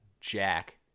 Jack